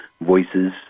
voices